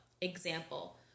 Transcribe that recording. example